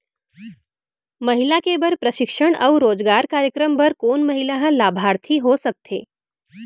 महिला के बर प्रशिक्षण अऊ रोजगार कार्यक्रम बर कोन महिला ह लाभार्थी हो सकथे?